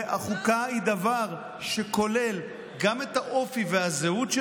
והחוקה היא דבר שכולל גם את האופי והזהות של